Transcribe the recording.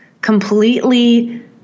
completely